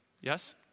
Yes